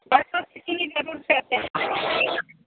બસો શીશીની જરૂર છે અત્યારે